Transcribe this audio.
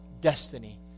destiny